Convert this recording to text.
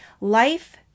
Life